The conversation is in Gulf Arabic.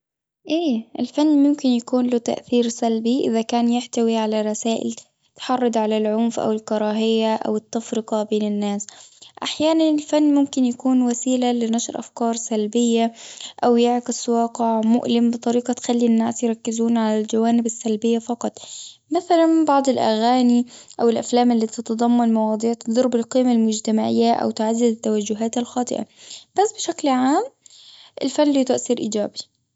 إيه، الفن ممكن يكون له تأثير سلبي، إذا كان يحتوي على رسائل تحرض على العنف، أو الكراهية، أو التفرقة بين الناس. أحياناً، الفن ممكن يكون وسيله لنشر أفكار سلبية، أو يعكس واقع مؤلم، بطريقة تخلي الناس يركزون على الجوانب السلبية فقط. مثلا بعض الأغاني، أو الأفلام اللي تتضمن مواضيع تضرب القيم المجتمعية، أو تعزز التوجهات الخاطئة. بس بشكل عام، الفن له تأثير إيجابي.